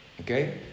Okay